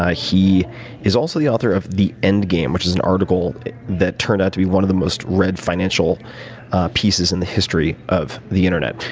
ah he is also the author of the end game, which is an article that turned out to be one of the most read financial pieces in the history of the internet.